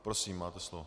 Prosím, máte slovo.